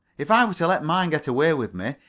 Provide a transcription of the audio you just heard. if i were to let mine get away with me,